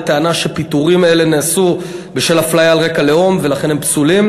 בטענה שפיטורים אלה נעשו בשל אפליה על רקע לאום ולכן הם פסולים.